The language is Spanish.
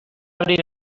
abrir